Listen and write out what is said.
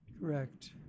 Correct